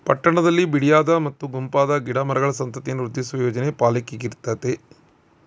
ಪಟ್ಟಣದಲ್ಲಿ ಬಿಡಿಯಾದ ಮತ್ತು ಗುಂಪಾದ ಗಿಡ ಮರಗಳ ಸಂತತಿಯನ್ನು ವೃದ್ಧಿಸುವ ಯೋಜನೆ ಪಾಲಿಕೆಗಿರ್ತತೆ